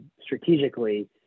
strategically